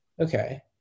Okay